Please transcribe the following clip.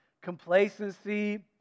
complacency